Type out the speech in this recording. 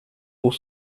pour